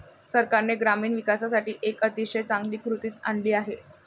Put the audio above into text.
सरकारने ग्रामीण विकासासाठी एक अतिशय चांगली कृती आणली आहे